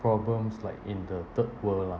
problems like in the third world ah